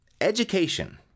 education